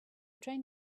train